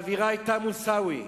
האווירה היתה מוסאווי,